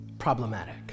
problematic